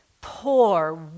Poor